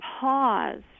pause